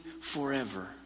forever